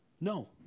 No